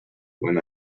when